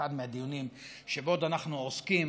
באחד מהדיונים שבעוד אנחנו עוסקים